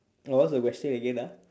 uh what's the question again ah